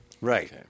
Right